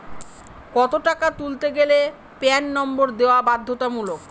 কত টাকা তুলতে গেলে প্যান নম্বর দেওয়া বাধ্যতামূলক?